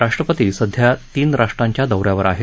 राष्ट्रपती सध्या तीन राष्ट्रांच्या दौऱ्यावर आहेत